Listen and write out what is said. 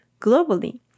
globally